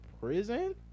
prison